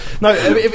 No